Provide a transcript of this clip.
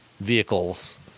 vehicles